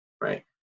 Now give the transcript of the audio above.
right